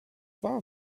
war